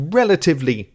relatively